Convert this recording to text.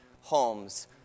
homes